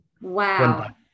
Wow